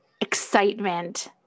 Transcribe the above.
excitement